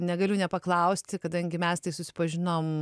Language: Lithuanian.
negaliu nepaklausti kadangi mes tai susipažinom